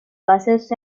buses